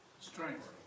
Strength